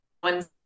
one